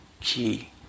key